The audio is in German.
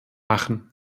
machen